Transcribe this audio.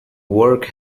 work